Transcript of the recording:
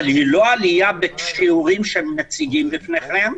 אבל היא לא עלייה בשיעורים שמציגים בפניכם.